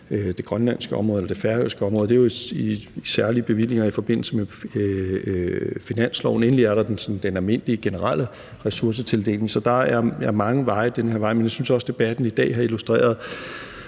det grønlandske område eller det færøske område, som jo får særlige bevillinger i forbindelse med finansloven. Endelig er der den almindelige generelle ressourcetildeling. Så der er mange veje. Men jeg synes også, at debatten her i dag har illustreret,